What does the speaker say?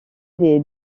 des